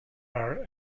are